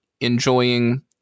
enjoying